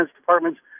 Department's